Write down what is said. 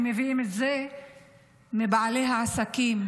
הם מביאים זה מבעלי העסקים,